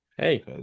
Hey